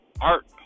art